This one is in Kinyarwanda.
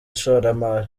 ishoramari